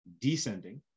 descending